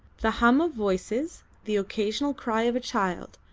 the hum of voices, the occasional cry of a child,